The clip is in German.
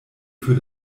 für